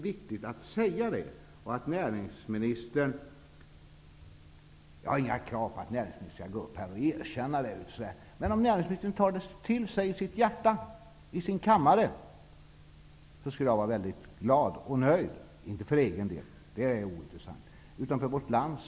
Jag har inga krav på att näringsministern skall ställa sig här och erkänna detta, men om näringsministern tar det till sig i sitt hjärta skulle jag vara nöjd -- inte för egen del, utan för vårt lands.